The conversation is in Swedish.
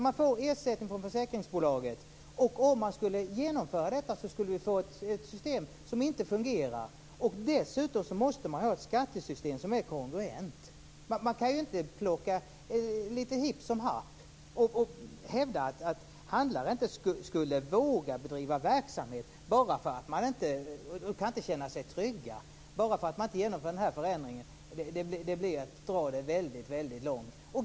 Man får ersättning från försäkringsbolaget, och om man skulle genomföra detta skulle vi få ett system som inte fungerar. Dessutom måste man ha ett skattesystem som är kongruent. Man kan ju inte plocka lite hipp som happ. Och att hävda att handlare inte skulle våga bedriva verksamhet och att de inte kan känna sig trygga bara för att man inte genomför den här förändringen det blir att dra det väldigt långt.